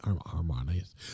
harmonious